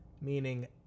meaning